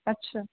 अच्छा